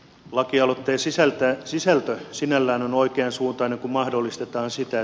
lakialoitteen sisältö sinällään on oikean suuntainen